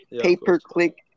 pay-per-click